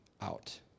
out